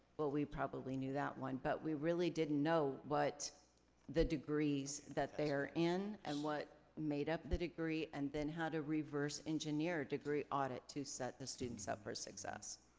well, we probably knew that one, but we really didn't know what the degrees that they're in and what made up the degree and then how to reverse engineer degree audit to set the students up for success.